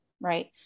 right